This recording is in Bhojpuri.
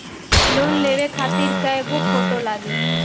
लोन लेवे खातिर कै गो फोटो लागी?